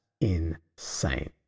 insane